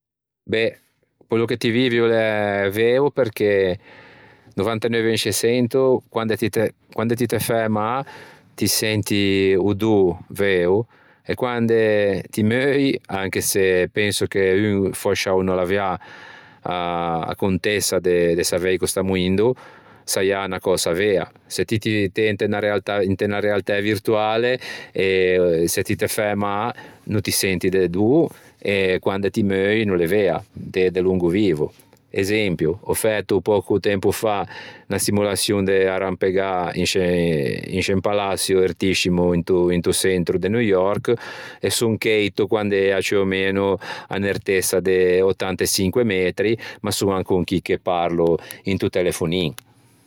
Beh quello che ti vivi o l'é veo perché neuvanteneuve in sce çento quande ti te fæ mâ ti senti o dô veo e quande ti meui anche se penso che fòscia un o no l'avià a contessa se savei ch'o stà moindo, saià unna cösa vea se ti t'ê inte unna realtæ virtuale eh se ti te fæ mâ no ti senti de dô e quande ti meui no l'é vea, t'ê delongo vivo. Esempio, ò fæto pòco tempo fa unna simulaçion de arrampegâ in sce un palaçio ertiscimo in to çentro de New York e son cheito quande ea à unn'ertessa de ciù ò meno ottanteçinque metri ma son ancon chì che parlo into telefonin.